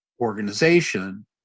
organization